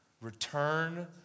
return